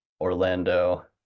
Orlando